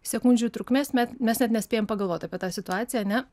sekundžių trukmės met mes net nespėjam pagalvot apie tą situaciją ar ne